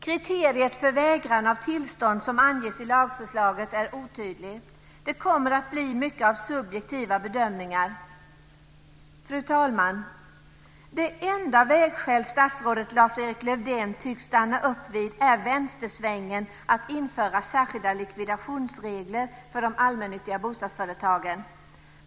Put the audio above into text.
Kriteriet för vägran av tillstånd som anges i lagförslaget är otydligt. Det kommer att bli mycket av subjektiva bedömningar. Fru talman! Det enda vägskäl statsrådet Lars-Erik Lövdén tycks stanna upp vid är vänstersvängen att införa särskilda likvidationsregler för de allmännyttiga bostadsföretagen.